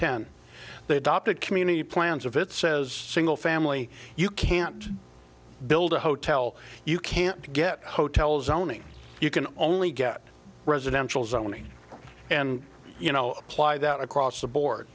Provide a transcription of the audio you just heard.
ten they adopted community plans of it says single family you can't build a hotel you can't get hotel zoning you can only get residential zoning and you know apply that across the board